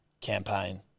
campaign